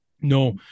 no